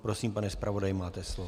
Prosím, pane zpravodaji, máte slovo.